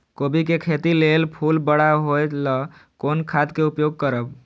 कोबी के खेती लेल फुल बड़ा होय ल कोन खाद के उपयोग करब?